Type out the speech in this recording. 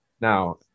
Now